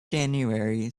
january